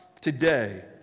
today